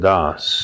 Das